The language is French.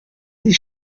des